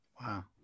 Wow